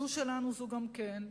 זו שלנו זו גם כן,